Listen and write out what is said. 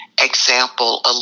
example